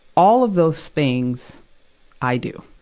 all of those things i do.